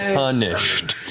punished.